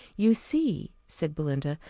you see, said belinda,